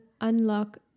unlock